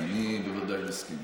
אני בוודאי מסכים.